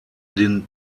den